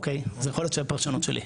אוקיי, אז יכול שזה הפרשנות שלי.